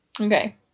Okay